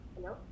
Hello